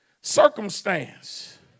circumstance